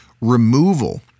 Removal